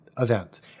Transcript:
events